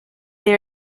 they